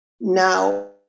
now